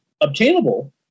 obtainable